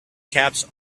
caps